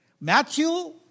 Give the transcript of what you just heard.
Matthew